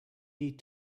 need